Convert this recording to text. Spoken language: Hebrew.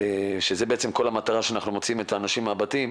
שזו המטרה שלשמה אנחנו מוציאים את האנשים מהבתים,